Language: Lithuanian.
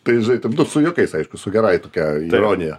tai žinai ten nu su juokais aišku su gerąja tokia ironija